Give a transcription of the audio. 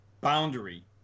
boundary